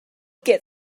get